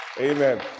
Amen